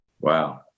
Wow